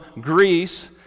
Greece